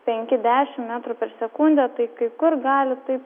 penki dešim metrų per sekundę kai kur gali taip